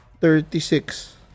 Thirty-six